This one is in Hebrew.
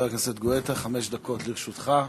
חמש דקות לרשותך.